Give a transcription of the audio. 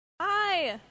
hi